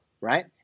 right